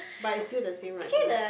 but it's still the same right now